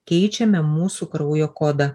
keičiame mūsų kraujo kodą